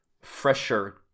fresher